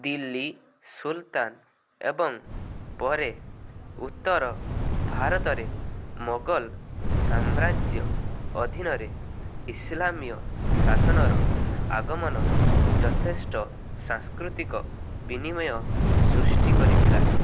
ଦିଲ୍ଲୀ ସୁଲତାନ ଏବଂ ପରେ ଉତ୍ତର ଭାରତରେ ମୋଗଲ ସାମ୍ରାଜ୍ୟ ଅଧୀନରେ ଇସଲାମୀୟ ଶାସନର ଆଗମନ ଯଥେଷ୍ଟ ସାଂସ୍କୃତିକ ବିନିମୟ ସୃଷ୍ଟି କରିଥିଲା